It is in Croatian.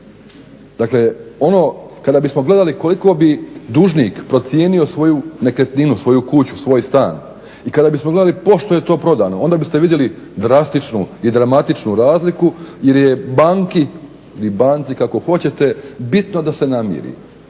dakle ono, kada bismo gledali koliko bi dužnik procijenio svoju nekretninu, svoju kuću, svoj stan i kada bismo gledali pošto je to prodano onda biste vidjeli drastičnu i dramatičnu razliku jer je banki ili banci kako hoćete, bitno da se namiri.